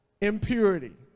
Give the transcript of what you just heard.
impurity